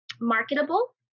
marketable